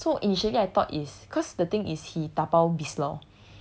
so that's dabao so initially I thought is cause the thing is he dabao biz law